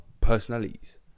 personalities